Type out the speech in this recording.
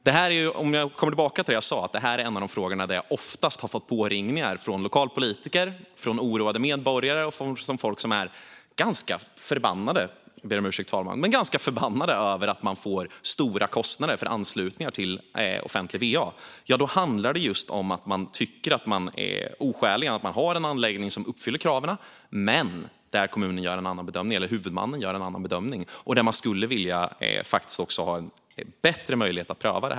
Jag kommer tillbaka till det jag sa om att det här är en av de frågorna där jag oftast har fått påringningar från lokalpolitiker, oroade medborgare och folk som är ganska förbannade - jag ber om ursäkt för uttrycket, fru talman - för att de får stora kostnader för anslutningar till offentlig va. Då handlar det om att man tycker att det är oskäligt i och med att man har en anläggning som uppfyller kraven men att kommunen, eller huvudmannen, gör en annan bedömning och man skulle vilja ha en bättre möjlighet att pröva saken.